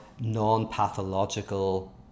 non-pathological